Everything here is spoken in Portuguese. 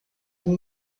com